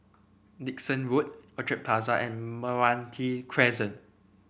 Dickson Road Orchard Plaza and Meranti Crescent